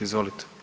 Izvolite.